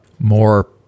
more